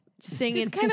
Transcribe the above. Singing